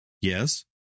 Yes